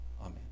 Amen